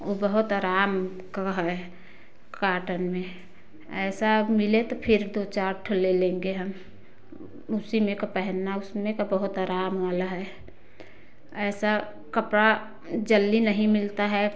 वो बहुत आराम का है कॉटन में ऐसा मिले तो फिर दो चार ठो ले लेंगे हम उसी में का पहनना उसमें का बहुत आराम वाला है ऐसा कपड़ा जल्दी नहीं मिलता है